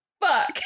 fuck